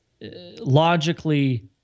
logically